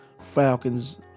Falcons